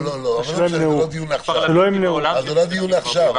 לא נכון, אבל לא משנה, זה לא הדיון עכשיו.